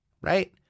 Right